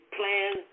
plan